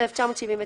התשל"ט 1979‏,